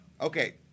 Okay